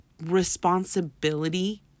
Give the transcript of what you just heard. responsibility